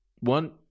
one